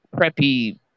preppy